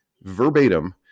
verbatim